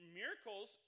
miracles